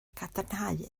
gadarnhau